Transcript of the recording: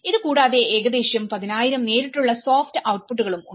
ഇത് കൂടാതെ ഏകദേശം 10000 നേരിട്ടുള്ള സോഫ്റ്റ് ഔട്ട്പുട്ടുകളും ഉണ്ട്